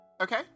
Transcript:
Okay